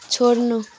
छोड्नु